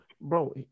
bro